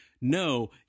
no